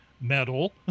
Metal